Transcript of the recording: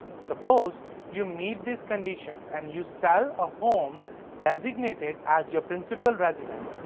suppose you meet these conditions and you sell a home designated as your principal residence.